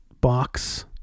box